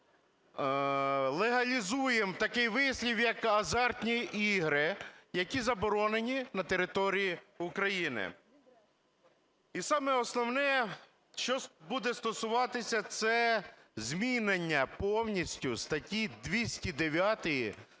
вже легалізуємо такий вислів, як азартні ігри, які заборонені на території України. І саме основне, що буде стосуватися, це змінення повністю статті 209